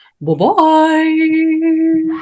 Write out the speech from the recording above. Bye-bye